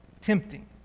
tempting